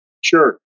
Sure